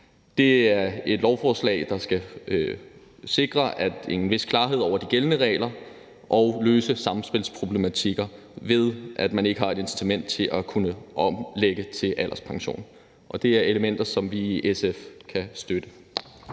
Det er et lovforslag, der skal sikre en vis klarhed over de gældende regler og skal løse samspilsproblematikker, ved at man ikke har et incitament til at kunne omlægge til alderspension. Det er elementer, som vi i SF kan støtte.